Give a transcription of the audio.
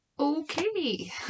Okay